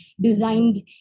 designed